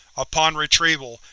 upon retrieval,